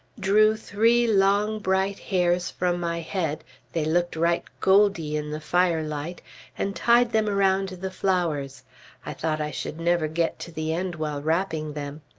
drew three long bright hairs from my head they looked right gold-y in the firelight and tied them around the flowers i thought i should never get to the end while wrapping them.